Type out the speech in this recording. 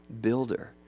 builder